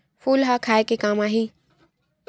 फूल ह खाये के काम आही?